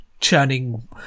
churning